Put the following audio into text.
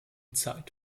zeit